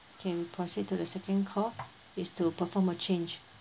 can proceed to the second call it's to perform a change